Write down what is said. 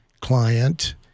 client